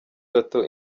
gato